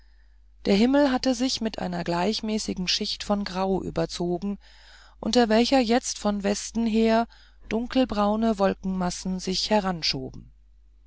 der himmel hatte sich mit einer gleichmäßigen schicht von grau überzogen unter welcher jetzt von westen her dunkelbraune wolkenmassen sich